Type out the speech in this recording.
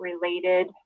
related